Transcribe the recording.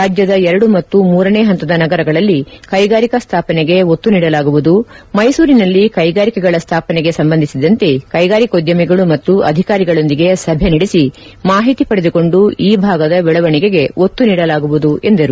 ರಾಜ್ಯದ ಎರಡು ಮತ್ತು ಮೂರನೇ ಹಂತದ ನಗರಗಳಲ್ಲಿ ಕೈಗಾರಿಕಾ ಸ್ಥಾಪನೆಗೆ ಒತ್ತು ನೀಡಲಾಗುವುದು ಮೈಸೂರಿನಲ್ಲಿ ಕೈಗಾರಿಕೆಗಳ ಸ್ಲಾಪನೆಗೆ ಸಂಬಂಧಿಸಿದಂತೆ ಕೈಗಾರಿಕೋದ್ಯಮಿಗಳು ಮತ್ತು ಅಧಿಕಾರಿಗಳೊಂದಿಗೆ ಸಭೆ ನಡೆಸಿ ಮಾಹಿತಿ ಪಡೆದುಕೊಂದು ಈ ಭಾಗದ ಬೆಳವಣಿಗೆಗೆ ಒತ್ತು ನೀಡಲಾಗುವುದು ಎಂದರು